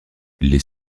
les